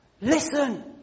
listen